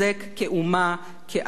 כעם וכחברה.